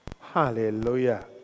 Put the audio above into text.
Hallelujah